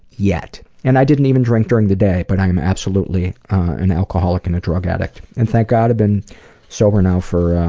yet, and i didn't even drink during the day but i am absolutely an alcoholic and a drug addict and thank god i've been sober now for